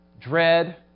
dread